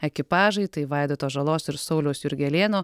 ekipažai tai vaidoto žalos ir sauliaus jurgelėno